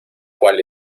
cual